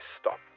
stop